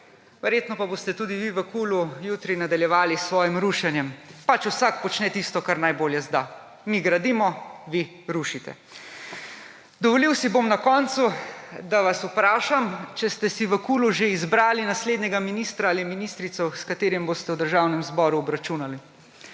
Verjetno pa boste tudi vi v KUL jutri nadaljevali s svojim rušenjem, pač vsak počne tisto, kar najbolje zna: mi gradimo, vi rušite. Dovolil si bom na koncu, da vas vprašam, če ste si v KUL že izbrali naslednjega ministra ali ministrico, s katerim boste v Državnem zboru obračunali.